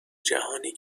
جهانی